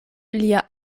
lia